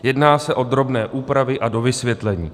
Jedná se o drobné úpravy a dovysvětlení.